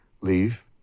leave